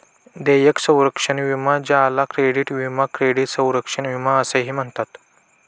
देयक संरक्षण विमा ज्याला क्रेडिट विमा क्रेडिट संरक्षण विमा असेही म्हणतात